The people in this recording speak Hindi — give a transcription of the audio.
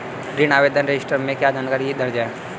ऋण आवेदन रजिस्टर में क्या जानकारी दर्ज है?